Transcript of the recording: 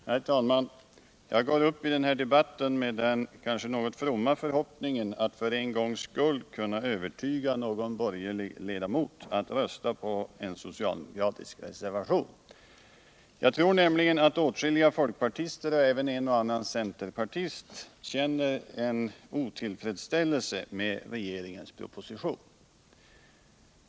Herr talman! Jag går upp i den här debatten med den kanske något fromma förhoppningen att för en gångs skull kunna övertyga någon borgerlig ledamot att rösta på socialdemokraternas reservation. Jag tror nämligen att åtskilliga folkpartister och även en och annan centerpartist känner otillfredsställelse över regeringens proposition.